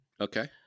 Okay